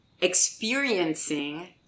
experiencing